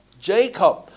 Jacob